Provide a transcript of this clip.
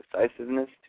decisiveness